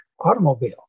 automobile